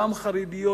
גם חרדיות,